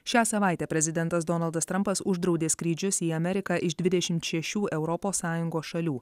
šią savaitę prezidentas donaldas trampas uždraudė skrydžius į ameriką iš dvidešimt šešių europos sąjungos šalių